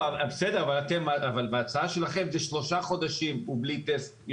אבל בהצעה שלכם במשך שלושה חודשים בלי טסט הוא